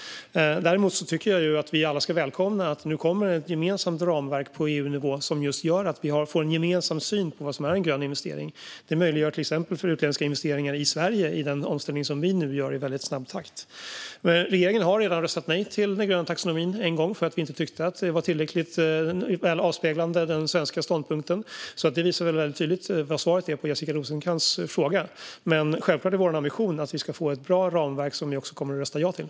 Däremot tycker jag att vi alla ska välkomna att det nu kommer ett gemensamt ramverk på EU-nivå som gör att vi får en gemensam syn på vad som är en grön investering. Detta möjliggör till exempel utländska investeringar i Sverige i den omställning som vi nu gör i snabb takt. Regeringen har redan röstat nej till den gröna taxonomin en gång därför att vi inte tyckte att den tillräckligt väl avspeglade den svenska ståndpunkten. Detta visar tydligt vad svaret på Jessica Rosencrantz fråga är. Vår ambition är självfallet att vi ska få ett bra ramverk som vi kommer att rösta ja till.